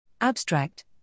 Abstract